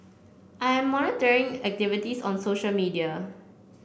I am monitoring activities on social media